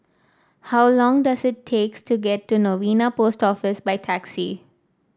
how long does it takes to get to Novena Post Office by taxi